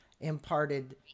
imparted